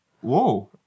Whoa